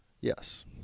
Yes